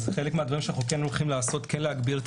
אז חלק מהדברים שאנחנו הולכים לעשות הם להגביר את